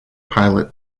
pilot